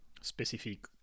specific